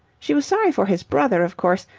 she was sorry for his brother, of course,